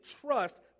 trust